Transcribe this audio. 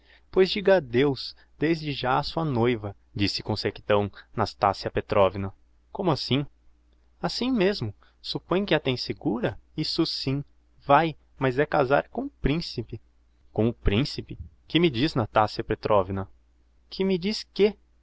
pois diga adeus desde já á sua noiva disse com sequidão nastassia petrovna como assim assim mesmo suppõe que a tem segura isso sim vae mas é casar com o principe com o principe que me diz nastassia petrovna que me diz quê